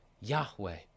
Yahweh